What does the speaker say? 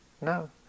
No